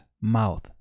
mouth